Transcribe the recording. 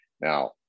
Now